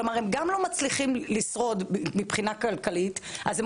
כלומר הם גם לא מצליחים לשרוד מבחינה כלכלית אז הם